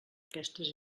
aquestes